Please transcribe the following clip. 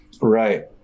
right